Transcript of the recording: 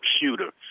shooter